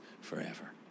forever